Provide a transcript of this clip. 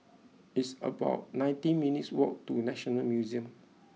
it's about nineteen minutes' walk to National Museum